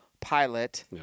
pilot